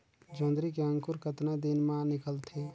जोंदरी के अंकुर कतना दिन मां निकलथे?